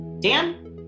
Dan